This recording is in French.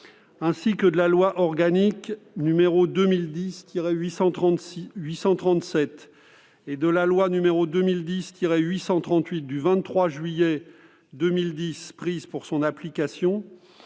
ainsi que de la loi organique n° 2010-837 et de la loi n° 2010-838 du 23 juillet 2010 prises pour son application,